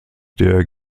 der